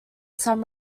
some